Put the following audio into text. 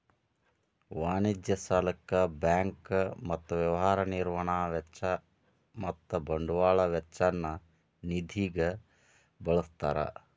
ವಾಣಿಜ್ಯ ಸಾಲಕ್ಕ ಬ್ಯಾಂಕ್ ಮತ್ತ ವ್ಯವಹಾರ ನಿರ್ವಹಣಾ ವೆಚ್ಚ ಮತ್ತ ಬಂಡವಾಳ ವೆಚ್ಚ ನ್ನ ನಿಧಿಗ ಬಳ್ಸ್ತಾರ್